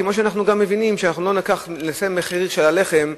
כמו שאנחנו גם מבינים שאנחנו לא נקבע מחיר של הלחם,